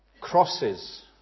crosses